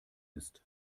ist